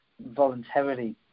voluntarily